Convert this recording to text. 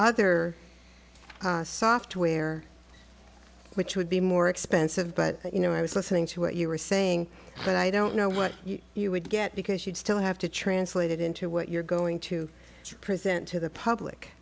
other software which would be more expensive but you know i was listening to what you were saying but i don't know what you would get because you'd still have to translate it into what you're going to present to the public